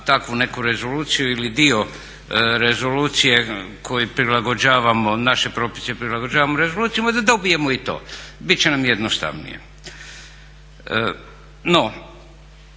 takvu neku rezoluciju ili dio rezolucije koji prilagođavamo, naše propise prilagođavamo rezoluciji možda dobijemo i to, biti će nam jednostavnije. No